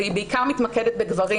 והיא בעיקר מתמקדת בגברים,